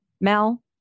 Mel